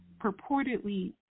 purportedly